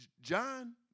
John